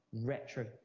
retro